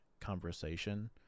conversation